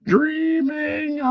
Dreaming